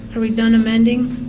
are we done amending?